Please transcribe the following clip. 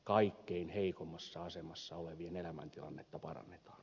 kaikkein heikoimmassa asemassa olevien elämäntilannetta parannetaan